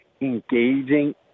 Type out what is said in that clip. engaging